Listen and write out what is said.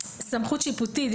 סמכות שיפוטית,